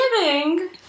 giving